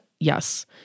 Yes